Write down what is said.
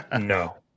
No